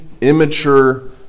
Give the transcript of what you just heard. immature